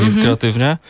kreatywnie